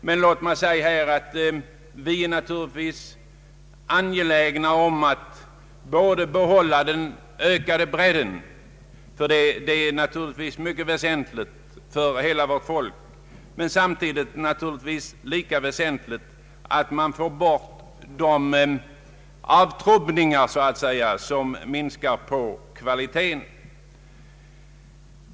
Låt mig emellertid säga att vi naturligtvis är angelägna om både att behålla den ökade bredden — vilken är mycket väsentlig för hela vårt folk — och att få bort de avtrubbningar som minskar kvaliteten.